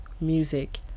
music